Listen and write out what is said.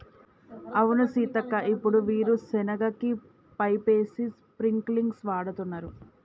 అవును సీతక్క ఇప్పుడు వీరు సెనగ కి పైపేసి స్ప్రింకిల్స్ వాడుతున్నారు